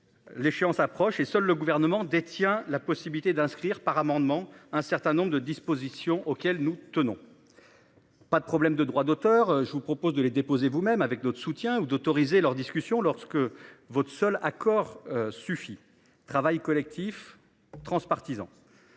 L'échéance approche et seul le gouvernement détient la possibilité d'inscrire par amendement un certain nombre de dispositions auxquelles nous tenons. Pas de problème de droits d'auteur. Je vous propose de les déposer vous-même avec notre soutien ou d'autoriser leurs discussions lorsque votre seul accord. Suffit travail collectif transpartisan.